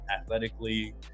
athletically